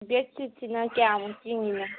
ꯕꯦꯠꯁꯤꯠꯁꯤꯅ ꯀꯌꯥꯃꯨꯛ ꯆꯤꯡꯉꯤꯅꯣ